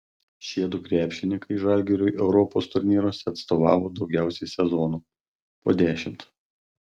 šiedu krepšininkai žalgiriui europos turnyruose atstovavo daugiausiai sezonų po dešimt